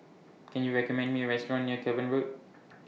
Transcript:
Can YOU recommend Me A Restaurant near Cavan Road